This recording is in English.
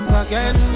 again